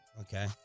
Okay